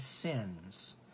sins